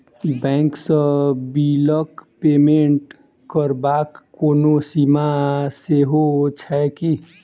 Bank सँ बिलक payment करबाक कोनो सीमा सेहो छैक की?